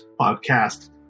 podcast